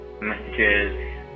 messages